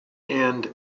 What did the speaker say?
and